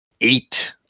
eight